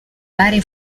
varie